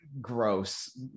gross